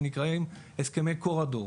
שנקראים "הסכמי קורדור".